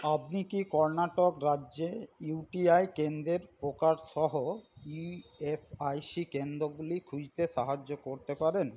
আপনি কি কর্ণাটক রাজ্যে ইউ টি আই কেন্দ্রের প্রকার সহ ই এস আই সি কেন্দ্রগুলি খুঁজতে সাহায্য করতে পারেন